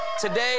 today